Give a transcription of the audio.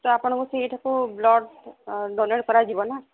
ତ ଆପଣଙ୍କୁ ସେଇଠାକୁ ବ୍ଲଡ୍ ଡୋନେଟ୍ କରାଯିବ ନା